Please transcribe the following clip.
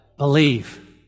Believe